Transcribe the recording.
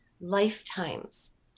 lifetimes